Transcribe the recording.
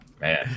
man